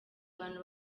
abantu